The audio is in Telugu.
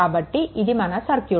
కాబట్టి ఇదీ మన సర్క్యూట్